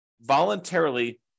voluntarily